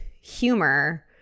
humor